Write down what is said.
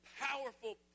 powerful